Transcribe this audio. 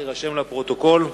לפרוטוקול.